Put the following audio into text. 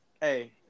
Hey